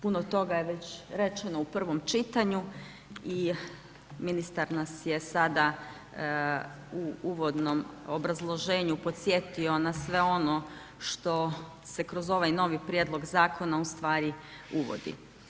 Puno toga je već rečeno u prvom čitanju i ministar nas je sada u uvodnom obrazloženju podsjetio na sve ono što se kroz ovaj novi prijedlog zakona ustvari uvodi.